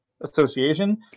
association